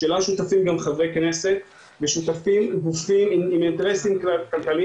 שלה שותפים גם חברי כנסת ושותפים גופים עם אינטרסים כלכליים,